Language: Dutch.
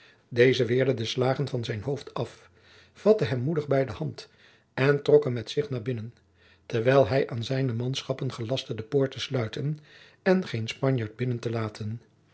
deze weerde de slagen van zijn hoofd af vatte hem moedig bij de hand en trok hem met zich naar binnen terwijl hij aan zijne manschappen gelastte de poort te sluiten en geen spanjaard binnen te laten